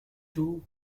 two